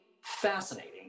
fascinating